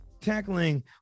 tackling